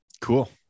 cool